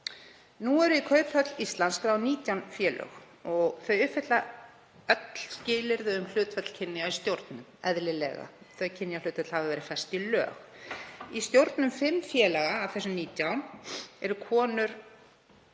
Nú eru í Kauphöll Íslands skráð 19 félög og þau uppfylla öll skilyrði um hlutföll kynja í stjórnum, eðlilega. Þau kynjahlutföll hafa verið fest í lög. Í stjórnum fimm félaga af þessum 19 eru konur